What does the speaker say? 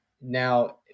Now